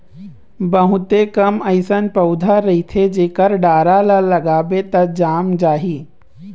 बहुते कम अइसन पउधा रहिथे जेखर डारा ल लगाबे त जाम जाही